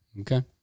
okay